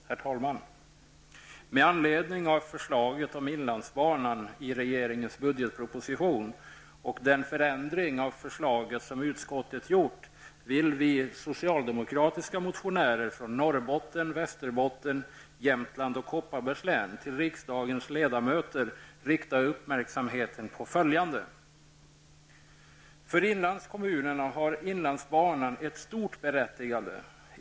Herr talman! Med anledning av förslaget om inlandsbanan i regeringens budgetproposition och den förändring av förslaget som utskottet gjort vill vi socialdemokratiska motionärer från Norrbotten, Västerbotten, Jämtland och Kopparbergs län be riksdagens ledamöter rikta uppmärksamheten på följande. För inlandskommunerna har inlandsbanan ett stort berättigande.